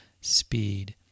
speed